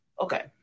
Okay